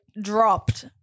dropped